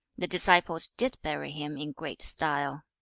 the disciples did bury him in great style.